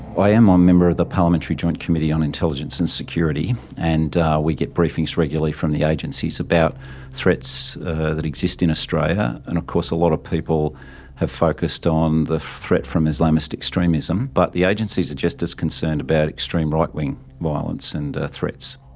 i am one um member of the parliamentary joint committee on intelligence and security and we get briefings regularly from the agencies about threats that exist in australia and of course a lot of people have focused on the threat from islamist extremism. but the agencies are just as concerned about extreme right-wing violence and threats.